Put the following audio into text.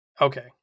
Okay